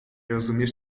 rozumiesz